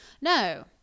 no